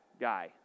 guy